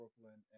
Brooklyn